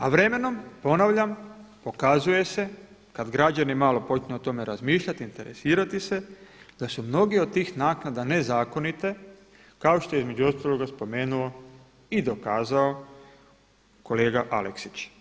A vremenom ponavljam pokazuje se kad građani malo počnu o tome razmišljati, interesirati se da su mnogi od tih naknada nezakonite kao što je između ostaloga spomenuo i dokazao kolega Aleksić.